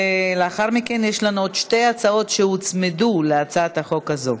לאחר מכן יש לנו עוד שתי הצעות שהוצמדו להצעת החוק הזאת.